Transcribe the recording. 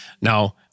now